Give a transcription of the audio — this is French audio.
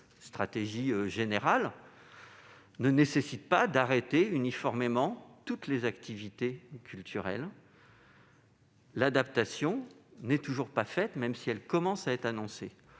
stratégie générale -ne nécessite pas d'arrêter uniformément toutes les activités culturelles. L'adaptation n'est toujours pas au rendez-vous, même si elle commence à être annoncée.